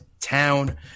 town